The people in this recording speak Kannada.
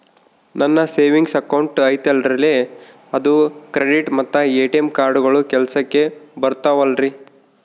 ನನ್ನ ಸೇವಿಂಗ್ಸ್ ಅಕೌಂಟ್ ಐತಲ್ರೇ ಅದು ಕ್ರೆಡಿಟ್ ಮತ್ತ ಎ.ಟಿ.ಎಂ ಕಾರ್ಡುಗಳು ಕೆಲಸಕ್ಕೆ ಬರುತ್ತಾವಲ್ರಿ?